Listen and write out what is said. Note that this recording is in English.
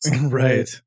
Right